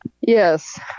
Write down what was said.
Yes